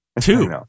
Two